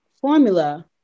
formula